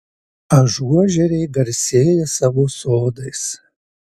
ažuožeriai garsėja savo sodais